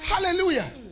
hallelujah